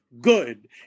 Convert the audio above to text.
good